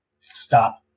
stop